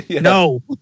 No